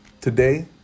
Today